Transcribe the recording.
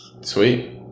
Sweet